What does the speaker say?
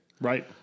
right